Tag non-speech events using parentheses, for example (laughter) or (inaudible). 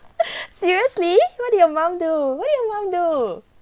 (breath) seriously what did your mum do what did your mum do